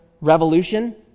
revolution